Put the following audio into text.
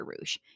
Rouge